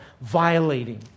violating